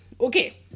Okay